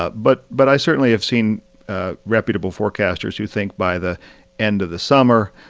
ah but but i certainly have seen ah reputable forecasters who think by the end of the summer,